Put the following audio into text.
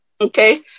okay